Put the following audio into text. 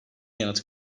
yanıt